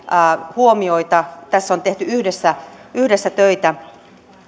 huomioita tässä on tehty yhdessä yhdessä töitä